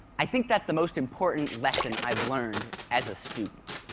i think that's the most important lesson i've learned as a student.